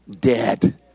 Dead